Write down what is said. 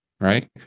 right